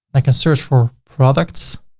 like search for products,